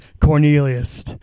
Cornelius